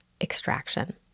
extraction